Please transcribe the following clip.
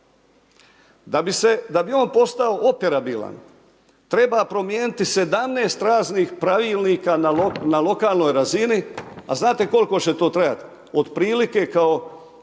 Da bi on postao operabilan treba promijeniti 17 raznih pravilnika na lokalnoj razini. A znate koliko će to trajati? Od prilike kao